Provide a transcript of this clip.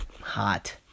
Hot